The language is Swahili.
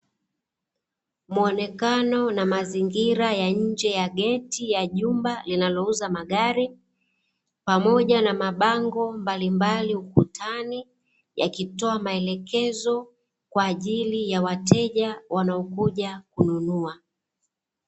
Muonekano na mazingira ya nje ya geti ya jumba linalouza magari pamoja na mabango mbalimbali ukutani yakitoa maelekezo kwa ajili ya wateja wanaokuja kununua.